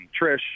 Trish